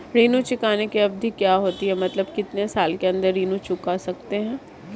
ऋण चुकाने की अवधि क्या होती है मतलब कितने साल के अंदर ऋण चुका सकते हैं?